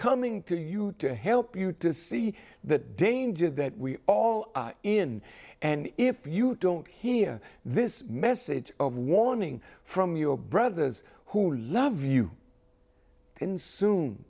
coming to you to help you to see the danger that we all are in and if you don't hear this message of warning from your brothers who love you and soon